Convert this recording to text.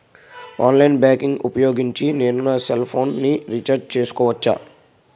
Online banking ఊపోయోగించి నేను నా సెల్ ఫోను ని రీఛార్జ్ చేసుకోవచ్చా?